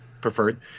preferred